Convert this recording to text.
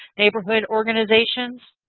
neighborhood organizations.